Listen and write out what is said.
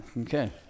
Okay